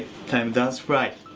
time does fly.